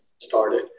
started